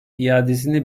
iadesini